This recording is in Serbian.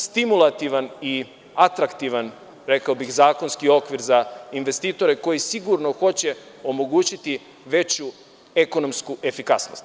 Stimulativan i atraktivan rekao bih zakonski okvir za investitore koji sigurno hoće omogućiti veću ekonomsku efikasnost.